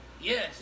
Yes